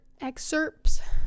excerpts